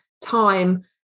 time